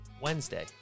Wednesday